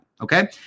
Okay